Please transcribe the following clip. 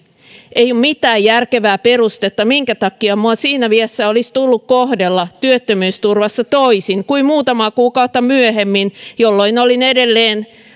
ei ole mitään järkevää perustetta minkä takia minua siinä iässä olisi tullut kohdella työttömyysturvassa toisin kuin muutamaa kuukautta myöhemmin jolloin olin edelleen